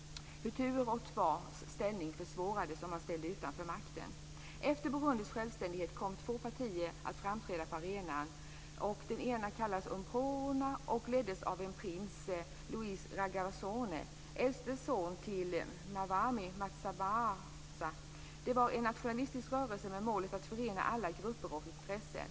Hutuers och twas ställning försvårades, och de ställdes utanför makten. Efter Burundis självständighet kom två partier att framträda på arenan. Det ena var Unprona, som leddes av prins Louis Rwagasone, äldste son till mwami Mwambutsa. Det var en nationalistisk rörelse med målet att förena alla grupper och intressen.